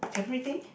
everything